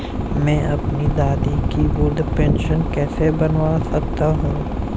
मैं अपनी दादी की वृद्ध पेंशन कैसे बनवा सकता हूँ?